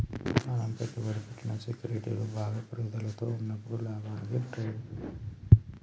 మనం పెట్టుబడి పెట్టిన సెక్యూరిటీలు బాగా పెరుగుదలలో ఉన్నప్పుడు లాభానికి ట్రేడ్ చేయ్యచ్చు